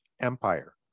empire